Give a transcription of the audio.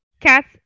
Cats